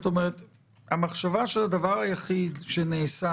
המחשבה שהדבר היחיד שנעשה